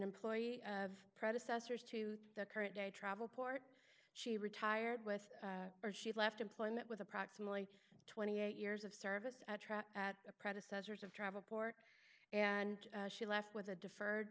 employee of predecessors to the current day travel port she retired with or she left employment with approximately twenty eight years of service truck at a predecessor's of travel port and she left with a deferred